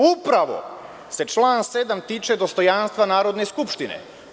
Upravo se član 107. tiče dostojanstva Narodne skupštine.